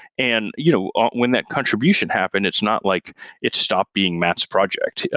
and you know ah when that contribution happened, it's not like it stopped being matt's project. yeah